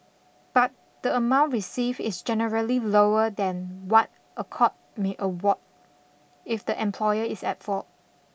but the amount received is generally lower than what a court may award if the employer is at fault